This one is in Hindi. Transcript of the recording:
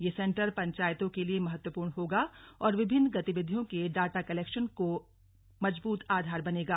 यह सेंटर पंचायतों के लिए महत्वपूर्ण होगा और विभिन्न गतिविधियों के डाटा कलेक्शन का मजबूत आधार बनेगा